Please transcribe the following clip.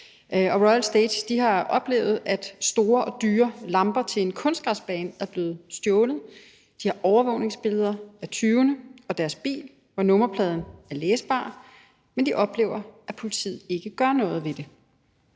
Royal Stage har oplevet, at store og dyre lamper til en kunstgræsplæne er blevet stjålet. De har overvågningsbilleder af tyvene og deres bil, hvor nummerpladen er læsbar, men de oplever, at politiet ikke gør noget ved det.